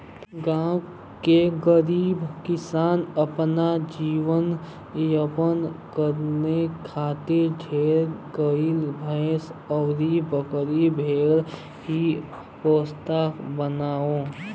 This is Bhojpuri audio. गांव के गरीब किसान अपन जीवन यापन करे खातिर ढेर गाई भैस अउरी बकरी भेड़ ही पोसत बाने